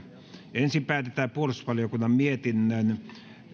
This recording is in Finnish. ensin päätetään puolustusvaliokunnan mietinnön